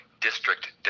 district